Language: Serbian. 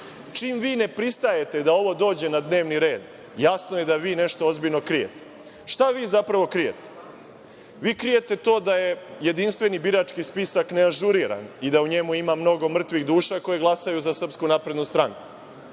Čim vi ne pristajete da ovo dođe na dnevni red, jasno je da vi nešto ozbiljno krijete. Šta vi zapravo krijete? Vi krijete to da je jedinstveni birački spisak neažuriran i da u njemu ima mnogo mrtvih duša koje glasaju za SNS. Vi krijete